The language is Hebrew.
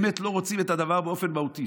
באמת לא רוצים את הדבר באופן מהותי.